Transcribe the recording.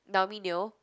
Naomi-Neo